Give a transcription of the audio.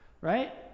right